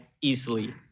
easily